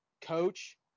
coach